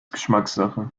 geschmackssache